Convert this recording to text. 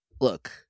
look